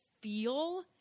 feel